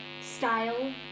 style